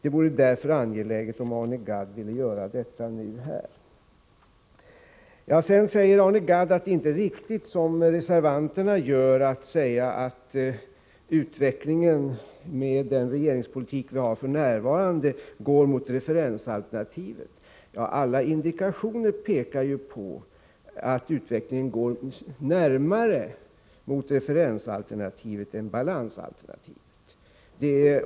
Det vore därför angeläget om Arne Gadd ville göra denna precisering här. Sedan säger Arne Gadd att det inte är riktigt att, som reservanterna gör, säga att utvecklingen med den regeringspolitik vi har f. n. går mot referensalternativet. Alla indikationer pekar på att utvecklingen närmar sig referensalternativet mer än balansalternativet.